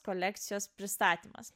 kolekcijos pristatymas